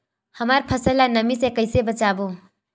हमर फसल ल नमी से क ई से बचाबो?